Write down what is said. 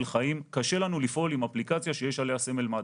חיים אבל קשה לנו לפעול עם אפליקציה שיש עליה סמל מד"א.